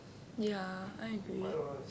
ya I agree